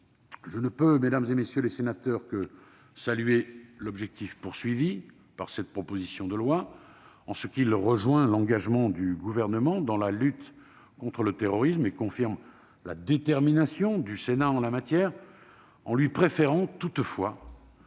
je ne peux, mesdames, messieurs les sénateurs, que saluer l'objectif de cette proposition de loi en ce qu'il rejoint l'engagement du Gouvernement dans la lutte contre le terrorisme ; il confirme la détermination du Sénat en la matière. Je luis préfère toutefois